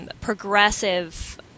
progressive